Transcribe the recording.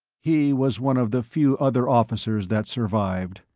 he was one of the few other officers that survived,